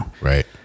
Right